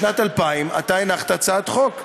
בשנת 2000 אתה הנחת הצעת חוק.